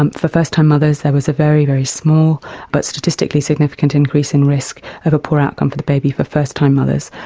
um for first-time mothers there was a very, very small but statistically significant increase in risk of a poor outcome for the baby for first-time mothers,